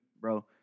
bro